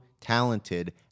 talented